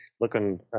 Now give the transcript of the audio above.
looking